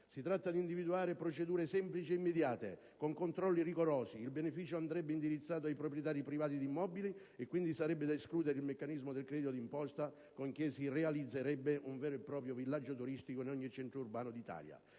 Si tratta di individuare, inoltre, procedure semplici e immediate, con controlli rigorosi: il beneficio andrebbe indirizzato a proprietari privati di immobili, e quindi sarebbe da escludere il meccanismo del credito d'imposta, così da realizzare un vero e proprio villaggio turistico in ogni centro urbano d'Italia.